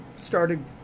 started